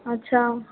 अच्छा